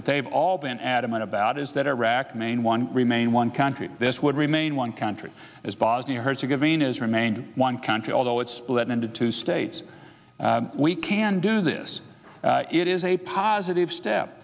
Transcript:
that they've all been adamant about is that iraq main one remain one country this would remain one country as bosnia herzegovina is remain one country although it's split into two states we can do this it is a positive step